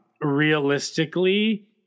realistically